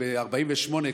ב-1948,